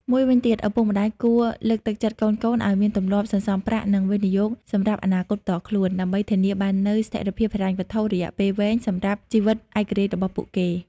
មួយវិញទៀត ឪពុកម្ដាយគួរលើកទឹកចិត្តកូនៗឱ្យមានទម្លាប់សន្សំប្រាក់ និងវិនិយោគសម្រាប់អនាគតផ្ទាល់ខ្លួន ដើម្បីធានាបាននូវស្ថិរភាពហិរញ្ញវត្ថុរយៈពេលវែងសម្រាប់ជីវិតឯករាជ្យរបស់ពួកគេ។